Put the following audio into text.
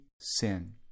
sin